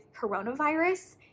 coronavirus